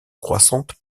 croissante